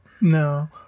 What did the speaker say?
No